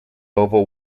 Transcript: over